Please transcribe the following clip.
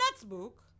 notebook